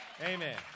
Amen